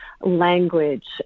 language